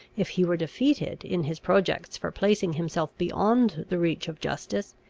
if he were defeated in his projects for placing himself beyond the reach of justice,